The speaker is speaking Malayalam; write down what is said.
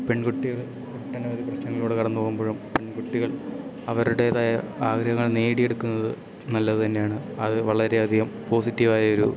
പെൺകുട്ടികൾ ഒട്ടനവധി പ്രശ്നങ്ങളിലൂടെ കടന്നു പോകുമ്പോഴും പെൺകുട്ടികൾ അവരുടേതായ ആഗ്രഹങ്ങൾ നേടിയെടുക്കുന്നത് നല്ലത് തന്നെയാണ് അത് വളരെയധികം പോസിറ്റീവായ ഒരു